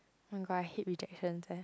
oh my god I hate rejections eh